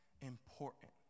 important